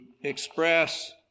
express